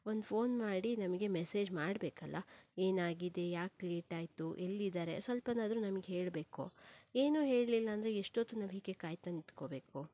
ಒಂದು ಫೋನ್ ಮಾಡಿ ನಮಗೆ ಮೆಸೇಜ್ ಮಾಡಬೇಕಲ್ಲ ಏನಾಗಿದೆ ಯಾಕೆ ಲೇಟ್ ಆಯಿತು ಎಲ್ಲಿದ್ದಾರೆ ಸ್ವಲ್ಪನಾದ್ರು ನಮ್ಗೆ ಹೇಳಬೇಕು ಏನು ಹೇಳಲಿಲ್ಲ ಅಂದರೆ ಎಷ್ಟು ಹೊತ್ತು ನಾವು ಹೀಗೇ ಕಾಯ್ತಾ ನಿತ್ಕೋಬೇಕು